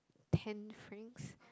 ten franks